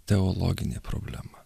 teologinė problema